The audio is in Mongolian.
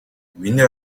миний